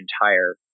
entire